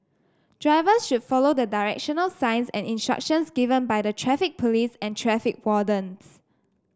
drivers should follow the directional signs and instructions given by the Traffic Police and traffic wardens